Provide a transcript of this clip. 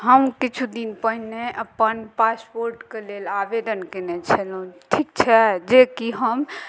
हम किछु दिन पहिने अपन पासपोर्टके लेल आवेदन कयने छलहुँ ठीक छै जेकि हम